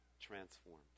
transformed